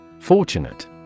Fortunate